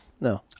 No